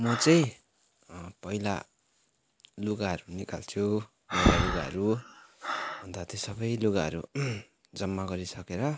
म चाहिँ पहिला लुगाहरू निकाल्छु मैला लुगाहरू अन्त त्यो सबै लुगाहरू जम्मा गरिसकेर